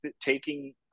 taking